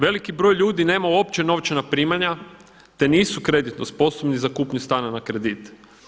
Veliki broj ljudi nema uopće novčana primanja, te nisu kreditno sposobni za kupnju stana na kredit.